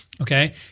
okay